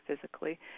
physically